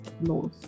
laws